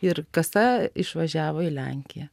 ir kasa išvažiavo į lenkiją